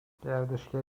گردشگری